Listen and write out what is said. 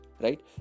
Right